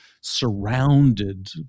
surrounded